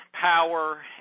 power